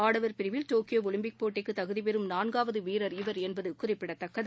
ஆடவர் பிரிவில் Tokyo Olympic போட்டிக்கு தகுதி பெறும் நான்காவது வீரர் இவர் என்பது குறிப்பிடத்தக்கது